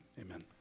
Amen